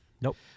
Nope